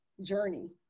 journey